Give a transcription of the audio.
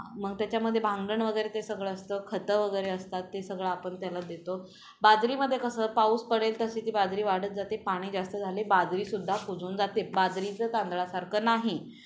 मग त्याच्यामध्ये भांगण वगैरे ते सगळं असतं खतं वगैरे असतात ते सगळं आपण त्याला देतो बाजरीमध्ये कसं पाऊस पडेल तशी ती बाजरी वाढत जाते पाणी जास्त झाले बाजरीसुद्धा कुजून जाते बाजरीचं तांदळासारखं नाही